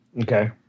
Okay